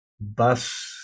bus